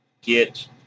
Get